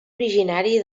originari